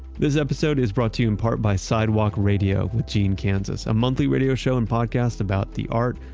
this episode is brought to you in part by sidewalk radio with gene kansas, a monthly radio show and podcast about the art,